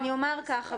אני אומר ככה,